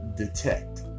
Detect